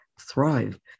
thrive